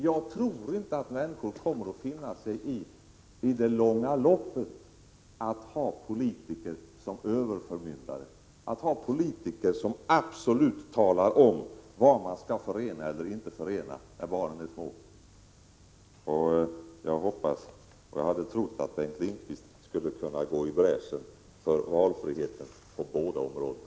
Jag tror inte att människor i det långa loppet kommer att finna sig i att ha politiker som överförmyndare och i att ha politiker som kategoriskt föreskriver vad man skall företa sig eller inte företa sig när barnen är små. Jag hoppas och hade trott att Bengt Lindqvist skulle kunna gå i bräschen för valfrihet på båda områdena.